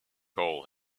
hole